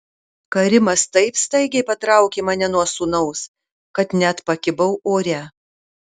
karimas taip staigiai patraukė mane nuo sūnaus kad net pakibau ore